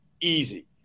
easy